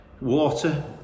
water